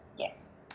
Yes